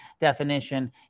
definition